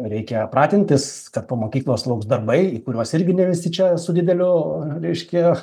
reikia pratintis kad po mokyklos lauks darbai kuriuos irgi ne visi čia su dideliu reiškia